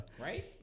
right